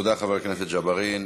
תודה, חבר הכנסת ג'בארין.